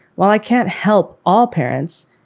well, i can't help all parents.